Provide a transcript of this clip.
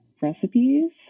recipes